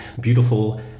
beautiful